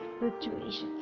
situations